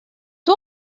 toi